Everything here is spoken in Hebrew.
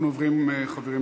אנחנו עוברים להצבעה.